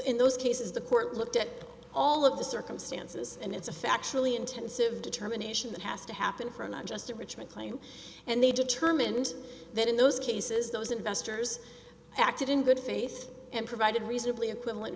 in those cases the court looked at all of the circumstances and it's a factually intensive determination that has to happen for not just the richmond claim and they determined that in those cases those investors acted in good face and provided reasonably equivalent